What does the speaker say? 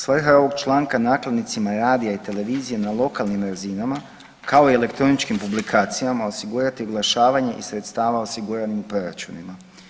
Svrha je ovog članka nakladnicima radija i televizije na lokalnim razinama kao i elektroničkim publikacijama osigurati oglašavanje iz sredstava osiguranim proračunima.